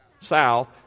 South